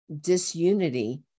disunity